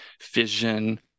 fission